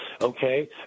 okay